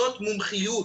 זאת מומחיות.